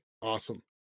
Awesome